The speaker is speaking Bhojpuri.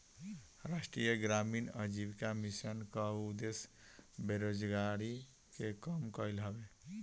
राष्ट्रीय ग्रामीण आजीविका मिशन कअ उद्देश्य बेरोजारी के कम कईल हवे